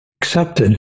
accepted